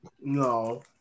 no